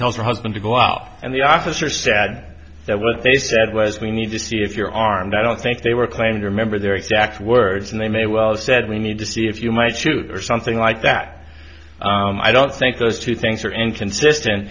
tells her husband to go up and the officer said that what they said was we need to see if you're armed i don't think they were claimed remember their exact words and they may well have said we need to see if you might shoot or something like that i don't think those two things are inconsistent